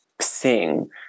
sing